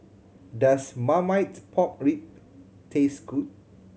does marmite pork rib taste good